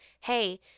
hey